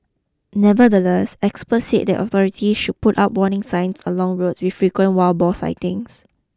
nevertheless experts said that authorities should put up warning signs along roads with frequent wild boar sightings